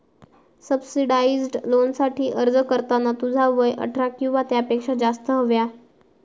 subsidised लोनसाठी अर्ज करताना तुझा वय अठरा किंवा त्यापेक्षा जास्त हव्या